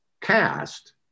cast